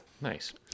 Nice